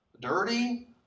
Dirty